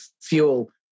fuel